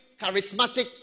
charismatic